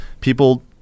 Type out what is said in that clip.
people